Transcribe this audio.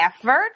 effort